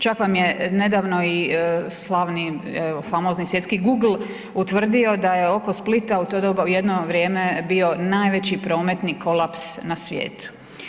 Čak vam je nedavno i slavni, evo famozni svjetski google utvrdio da je oko Splita u to doba u jedno vrijeme bio najveći prometni kolaps na svijetu.